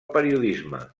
periodisme